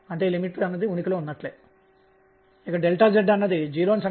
అందువలన p అనేది central force కేంద్రక బలానికి స్థిరంగా ఉంటుంది